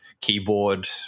keyboard